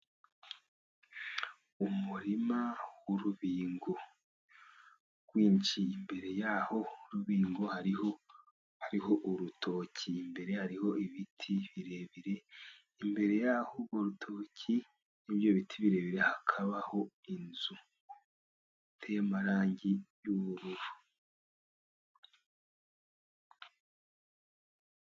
Umurima w'urubingo rwinshi, imbere yurwo rubingo hariho urutoki, imbere hariho ibiti birebire, imbere yaho urutoki ibyo biti birebire hakabaho inzu y'amarangi y'ubururu.